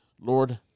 Lord